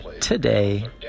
Today